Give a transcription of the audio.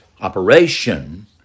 operation